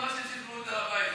שחררו את הר הבית.